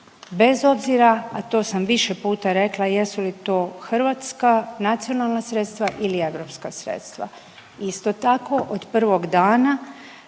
bez obzira, a to sam više puta rekla jesu li to hrvatska nacionalna sredstva ili europska sredstva. Isto tako od prvog dana